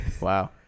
Wow